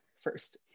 first